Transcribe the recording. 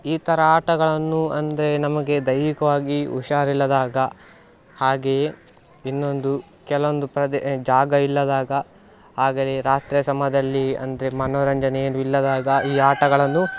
ಈ ಥರ ಆಟಗಳನ್ನು ಅಂದರೆ ನಮಗೆ ದೈಹಿಕವಾಗಿ ಹುಷಾರು ಇಲ್ಲದಾಗ ಹಾಗೆಯೇ ಇನ್ನೊಂದು ಕೆಲವೊಂದು ಪ್ರದೇ ಜಾಗ ಇಲ್ಲದಾಗ ಆಗಲೇ ರಾತ್ರಿ ಸಮಯದಲ್ಲಿ ಅಂದರೆ ಮನೋರಂಜನೆ ಏನೂ ಇಲ್ಲದಾಗ ಈ ಆಟಗಳನ್ನು